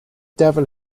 devil